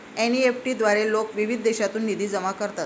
NEFT द्वारे लोक विविध देशांतून निधी जमा करतात